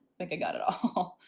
like i got it all.